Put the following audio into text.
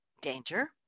danger